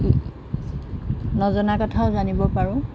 ই নজনা কথাও জানিব পাৰোঁ